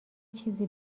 چیزی